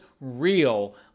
real